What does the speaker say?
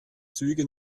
züge